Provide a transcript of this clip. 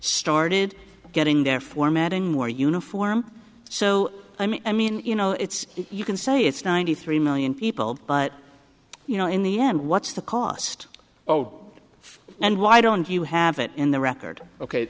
started getting their formatting more uniform so i mean i mean you know it's you can say it's ninety three million people but you know in the end what's the cost oh and why don't you have it in the record ok